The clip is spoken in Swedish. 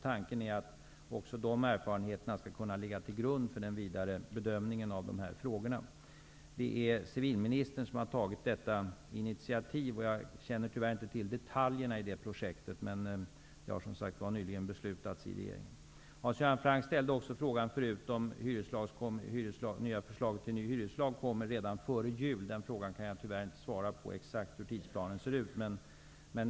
Tanken är att de erfarenheterna skall ligga till grund för en vidare bedömning av dessa frågor. Civilministern har tagit detta initiativ. Jag känner tyvärr inte till detaljerna i det projektet. Men ett beslut har nyligen fattats av regeringen. Hans Göran Franck frågade också om ett förslag till ny hyreslag skall komma före jul. Jag kan tyvärr inte ge ett exakt svar på frågan om tidsplanen.